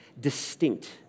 distinct